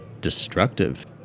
Destructive